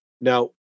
Now